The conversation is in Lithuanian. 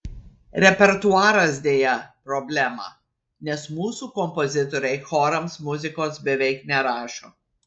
repertuaras deja problema nes mūsų kompozitoriai chorams muzikos beveik nerašo